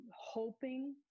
hoping